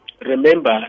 remember